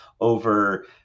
over